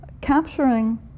capturing